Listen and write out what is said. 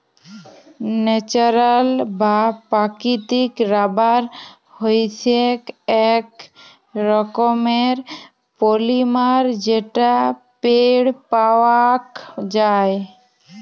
natural বা প্রাকৃতিক rubber হইসেক এক রকমের পলিমার যেটা পেড় পাওয়াক যায়